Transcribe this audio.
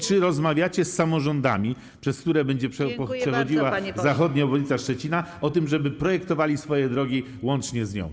Czy rozmawiacie z samorządami, przez których tereny będzie przechodziła zachodnia obwodnica Szczecina, o tym, żeby projektowali swoje drogi łącznie z nią?